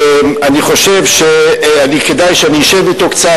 אני חושב שכדאי שאני אשב אתו קצת,